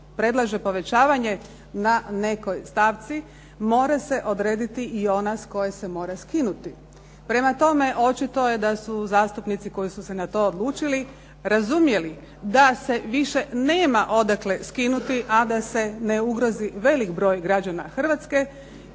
predlaže povećavanje na nekoj stavci mora se odrediti i ona s koje se mora skinuti. Prema tome, očito je da su zastupnici koji su se na to odlučili razumjeli da se više nema odakle skinuti a da se ne ugrozi veliki broj građana Hrvatske